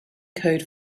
code